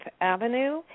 Avenue